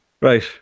Right